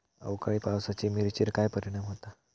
अवकाळी पावसाचे मिरचेर काय परिणाम होता?